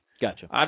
Gotcha